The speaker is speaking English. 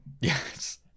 Yes